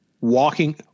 Walking